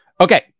Okay